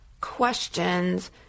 questions